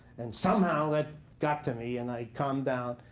and somehow, that got to me, and i calmed down,